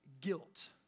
guilt